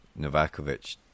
Novakovic